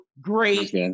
great